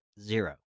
zero